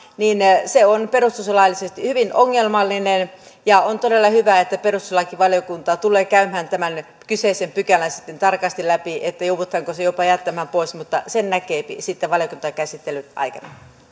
pykälä on perustuslaillisesti hyvin ongelmallinen on todella hyvä että perustuslakivaliokunta tulee käymään tämän kyseisen pykälän sitten tarkasti läpi että joudutaanko se jopa jättämään pois mutta sen näkee sitten valiokuntakäsittelyn aikana